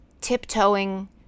tiptoeing